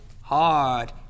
Hard